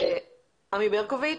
עמי ברקוביץ.